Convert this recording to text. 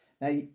Now